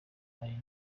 ari